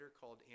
called